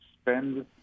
spend